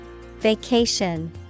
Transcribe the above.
Vacation